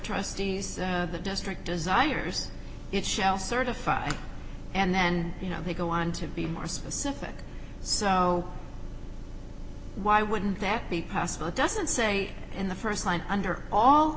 trustees of the district desires it shall certify and then you know they go on to be more specific so why wouldn't that be possible it doesn't say in the st line under all